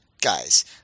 guys